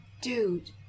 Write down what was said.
Dude